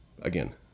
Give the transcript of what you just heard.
Again